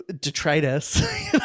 detritus